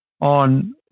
on